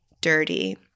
dirty